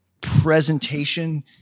presentation